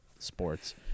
sports